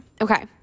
okay